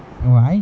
know I